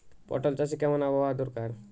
পটল চাষে কেমন আবহাওয়া দরকার?